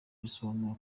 bisobanuye